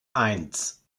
eins